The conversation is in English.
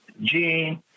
Gene